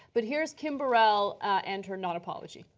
but here is kim barela and her non-apology.